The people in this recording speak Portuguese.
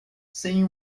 sem